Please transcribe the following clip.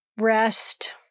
rest